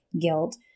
guilt